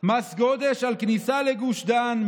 מס גודש על כניסה לגוש דן,